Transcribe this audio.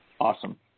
Awesome